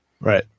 Right